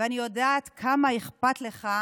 ואני יודעת כמה אכפת לך